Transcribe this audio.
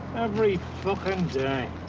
every fucking day,